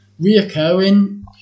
reoccurring